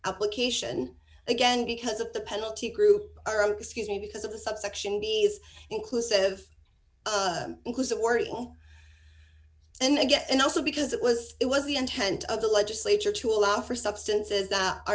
application again because of the penalty group excuse me because of the subsection b s inclusive and get and also because it was it was the intent of the legislature to allow for substances that are